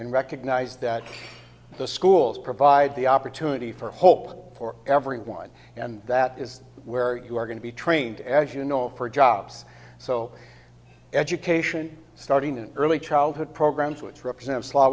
and recognize that the schools provide the opportunity for hope for everyone and that is where you are going to be trained as you know for jobs so education starting in early childhood programs which represents la